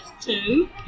two